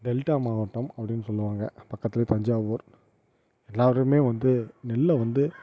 delta மாவட்டம் அப்படின்னு சொல்லுவாங்கள் பக்கத்துலே தஞ்சாவூர் எல்லா ஊருமே வந்து நெல்லை வந்து